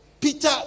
Peter